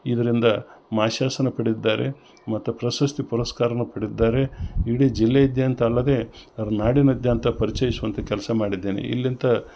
ಇದರಿಂದ ಮಾಶಾರ್ಸ್ನ ಪಡೆದಿದ್ದಾರೆ ಮತ್ತು ಪ್ರಸಸ್ತಿ ಪುರಸ್ಕಾರನು ಪಡೆದಿದ್ದಾರೆ ಇಡೀ ಜಿಲ್ಲೆಯಾದ್ಯಂತ ಅಲ್ಲದೆ ನಾಡಿನಾದ್ಯಂತ ಪರಿಚಯಿಸುವಂಥ ಕೆಲಸ ಮಾಡಿದ್ದೇನೆ ಇಲ್ಲಿಂತ